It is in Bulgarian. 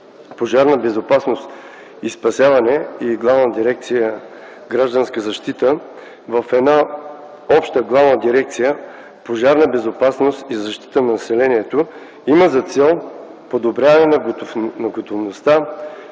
„Пожарна безопасност и спасяване” и „Гражданска защита” в една обща Главна дирекция „Пожарна безопасност и защита на населението” има за цел подобряване на готовността,